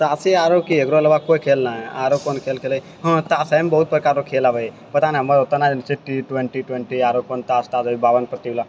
तासे आरो कि एकरा अलावा कोइ खेल नहि हय आरो कोनो खेल खेलै हाँ तासेमे बहुत प्रकारोके खेल आबै हय पता नइ हमर ओतऽ ने टी ट्वेन्टी ट्वेन्टी आरो कोनो तास बाबन पत्तीवला